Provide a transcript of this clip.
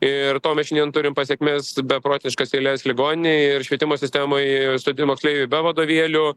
ir tuo mes šiandien turim pasekmes beprotiškas eiles ligoninėj ir švietimo sistemoj studijų moksleiviai be vadovėlių